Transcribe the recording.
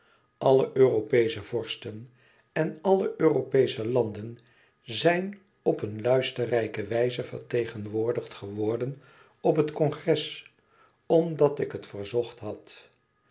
alle europeesche vorsten en alle europeesche landen zijn op een luisterrijke wijze vertegenwoordigd geworden op het congres omdat ik het verzocht had